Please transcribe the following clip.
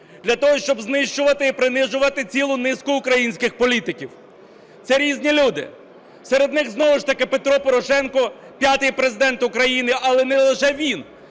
для того щоб знищувати і принижувати цілу низку українських політиків. Це різні люди, серед них знову ж таки Петро Порошенко – п'ятий Президент України, але не лише він.